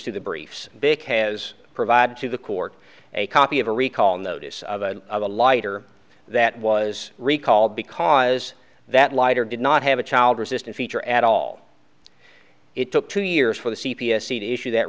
to the briefs big has provided to the court a copy of a recall notice of a of a lighter that was recalled because that lighter did not have a child resistant feature at all it took two years for the c p s eat issue that